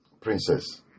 princess